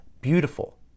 beautiful